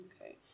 okay